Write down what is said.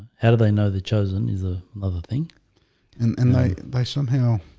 how do they know they're chosen is a another thing and and they they somehow